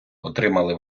отримали